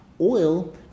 Oil